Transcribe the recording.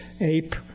ape